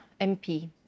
MP